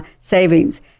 savings